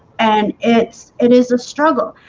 and it it is a struggle.